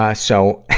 ah so